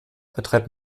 betreibt